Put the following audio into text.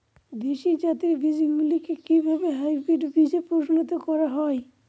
দেশি জাতের বীজগুলিকে কিভাবে হাইব্রিড বীজে পরিণত করা হয়?